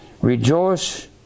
rejoice